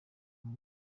bwana